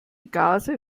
gase